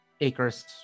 acres